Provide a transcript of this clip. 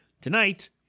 tonight